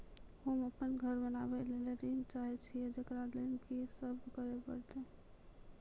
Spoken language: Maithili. होम अपन घर बनाबै के लेल ऋण चाहे छिये, जेकरा लेल कि सब करें परतै?